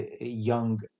young